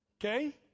Okay